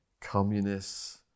communists